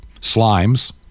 Slimes